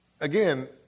Again